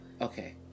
Okay